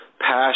passion